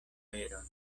veron